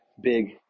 big